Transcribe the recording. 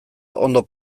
ondo